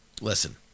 Listen